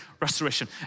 restoration